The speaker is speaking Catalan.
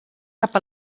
cap